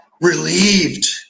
relieved